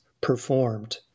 performed